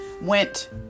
went